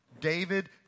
David